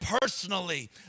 personally